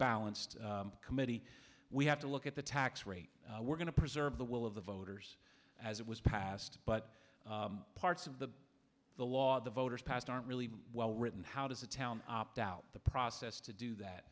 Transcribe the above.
balanced committee we have to look at the tax rate we're going to preserve the will of the voters as it was passed but parts of the the law the voters passed aren't really well written how does a town opt out the process to do that